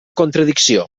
contradicció